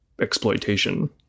exploitation